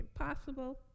impossible